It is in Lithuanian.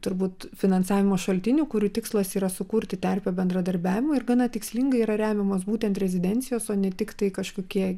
turbūt finansavimo šaltinių kurių tikslas yra sukurti terpę bendradarbiavimui ir gana tikslingai yra remiamos būtent rezidencijos o ne tik tai kažkokie